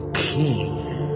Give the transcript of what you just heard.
king